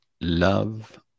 love